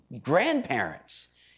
grandparents